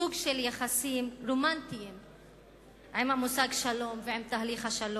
סוג של יחסים רומנטיים עם המושג "שלום" ועם תהליך השלום.